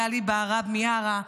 גלי בהרב מיארה,